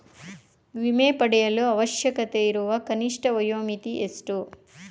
ವಿಮೆ ಪಡೆಯಲು ಅವಶ್ಯಕತೆಯಿರುವ ಕನಿಷ್ಠ ವಯೋಮಿತಿ ಎಷ್ಟು?